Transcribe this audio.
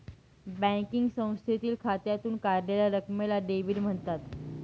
banking संस्थेतील खात्यातून काढलेल्या रकमेला डेव्हिड म्हणतात